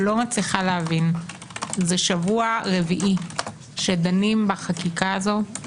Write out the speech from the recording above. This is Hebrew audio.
זה שבוע רביעי שדנים בחקיקה הזו.